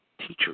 teachers